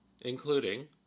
Including